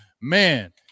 Man